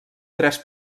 tres